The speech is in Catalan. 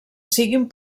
siguin